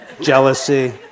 jealousy